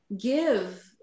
give